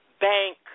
bank